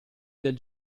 del